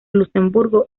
luxemburgo